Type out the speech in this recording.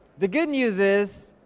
the good news is,